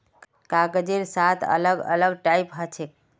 कागजेर सात अलग अलग टाइप हछेक